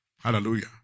Hallelujah